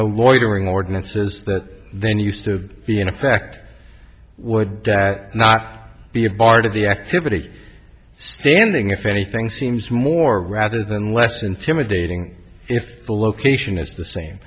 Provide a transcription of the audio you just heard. loitering ordinances that then used to be in effect would that not be a bar to the activity standing if anything seems more rather than less intimidating if the location is the same